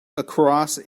across